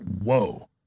whoa